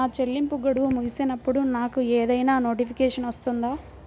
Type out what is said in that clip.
నా చెల్లింపు గడువు ముగిసినప్పుడు నాకు ఏదైనా నోటిఫికేషన్ వస్తుందా?